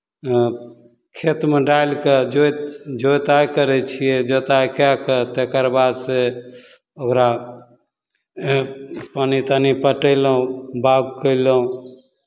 खेतमे डालि कऽ जोति जोताइ करै छियै जोताइ कए कऽ तकर बादसँ ओकरा पानि तानि पटयलहुँ बाउग कयलहुँ